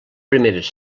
primeres